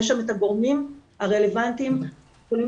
יש שם את הגורמים הרלבנטיים שיכולים